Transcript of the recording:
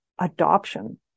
adoption